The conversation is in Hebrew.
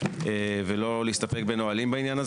ולא להסתפק בנהלים בעניין.